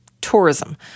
tourism